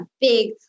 big